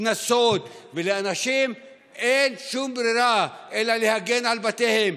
קנסות, ולאנשים אין שום ברירה אלא להגן על בתיהם.